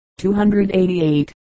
288